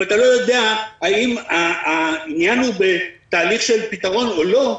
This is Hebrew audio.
אם אתה לא יודע האם העניין הוא בתהליך של פתרון או לא,